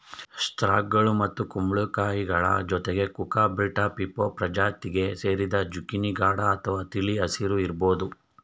ಸ್ಕ್ವಾಷ್ಗಳು ಮತ್ತು ಕುಂಬಳಕಾಯಿಗಳ ಜೊತೆಗೆ ಕ್ಯೂಕರ್ಬಿಟಾ ಪೀಪೊ ಪ್ರಜಾತಿಗೆ ಸೇರಿದೆ ಜುಕೀನಿ ಗಾಢ ಅಥವಾ ತಿಳಿ ಹಸಿರು ಇರ್ಬೋದು